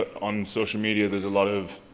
but on social media, there's a lot of,